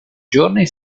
giorni